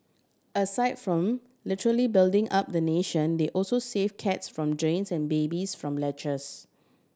aside literally building up the nation they also save cats from drains and babies from ledges